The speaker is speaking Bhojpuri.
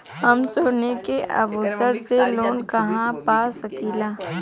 हम सोने के आभूषण से लोन कहा पा सकीला?